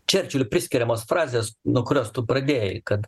čerčiliui priskiriamos frazės nuo kurios tu pradėjai kad